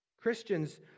Christians